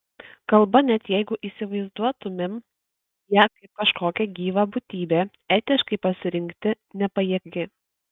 kalba net jeigu įsivaizduotumėm ją kaip kažkokią gyvą būtybę etiškai pasirinkti nepajėgi